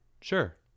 Sure